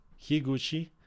Higuchi